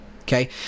okay